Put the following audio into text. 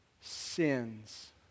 sins